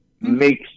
makes